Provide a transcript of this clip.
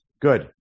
Good